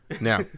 Now